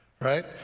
right